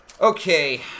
Okay